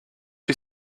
you